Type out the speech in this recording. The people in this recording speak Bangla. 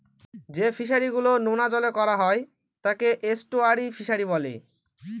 যে ফিশারি গুলো নোনা জলে করা হয় তাকে এস্টুয়ারই ফিশারি বলে